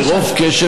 חבר הכנסת,